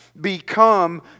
become